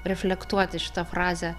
reflektuoti šitą frazę